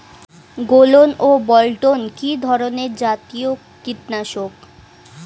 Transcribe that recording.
গোলন ও বলটন কি ধরনে জাতীয় কীটনাশক?